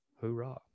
hoorah